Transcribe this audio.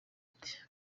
ati